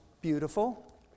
beautiful